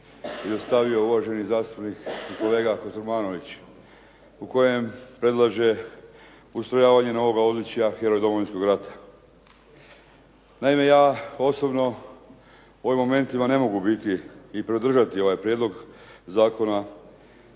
predstavio uvaženi zastupnik kolega Kotromanović. U kojem predlaže ustrojavanjem novoga odličja "Heroj Domovinskog rata". Naime, ja osobno u ovim momentima ne mogu biti i podržati i ovaj prijedlog zakona